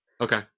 Okay